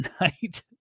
night